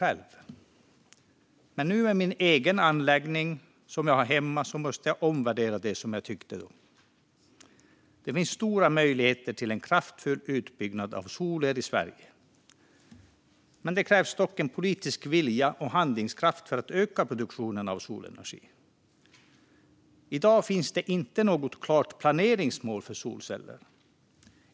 Men med tanke på min egen anläggning som jag nu har hemma måste jag omvärdera det jag tyckte då. Det finns stora möjligheter till en kraftig utbyggnad av solel i Sverige. Det krävs dock politisk vilja och handlingskraft för att öka produktionen av solenergi. I dag finns det inte något klart planeringsmål för solceller.